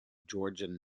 georgian